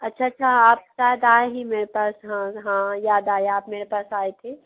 अच्छा अच्छा आप शायद आएं हैं मेरे पास हाँ हाँ याद आया आप मेरे पास आए थे